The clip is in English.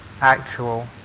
actual